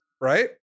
Right